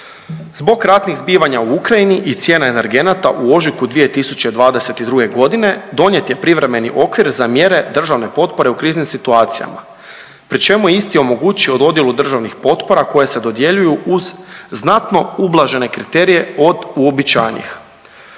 Zbog ratnih zbivanja u Ukrajini i cijene energenata u ožujku 2022.g. donijet je privremeni okvir za mjere državne potpore u kriznim situacijama, pri čemu je isti omogućio dodjelu državnih potpora koje se dodjeljuju iz znatno ublažene kriterije od uobičajenih.